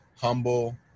humble